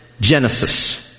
Genesis